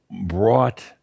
brought